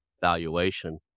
valuation